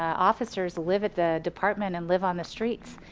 officers live at the department and live on the streets.